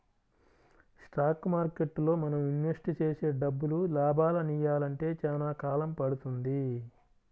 stock మార్కెట్టులో మనం invest చేసే డబ్బులు లాభాలనియ్యాలంటే చానా కాలం పడుతుంది